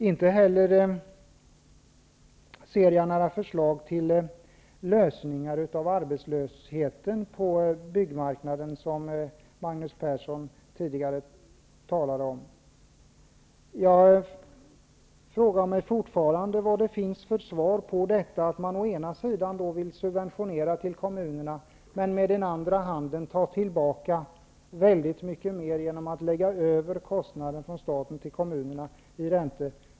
Inte heller ser jag några förslag till lösningar av arbetslösheten på byggmarknaden, som Magnus Persson tidigare talade om. Jag frågar mig fortfarande varför man först vill ge subventioner till kommunerna, men sedan med den andra handen ta tillbaka väldigt mycket mer genom att i räntelånesystemet lägga över kostnaden från staten till kommunerna.